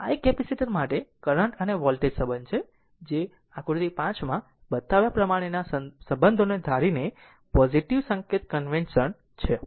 આ એક કેપેસિટર માટે કરંટ અને વોલ્ટેજ સંબંધ છે જે આકૃતિ 5 માં બતાવ્યા પ્રમાણેના સંબંધોને ધારીને પોઝીટીવ સંકેત કન્વેશન છે